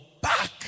back